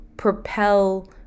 propel